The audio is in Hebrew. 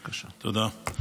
תודה.